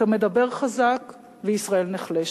אתה מדבר חזק, וישראל נחלשת.